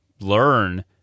learn